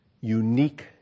unique